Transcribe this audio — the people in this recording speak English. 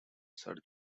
sir